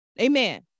Amen